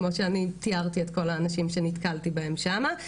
כמו שאני תיארתי את כל האנשים שנתקלתי בהם שמה.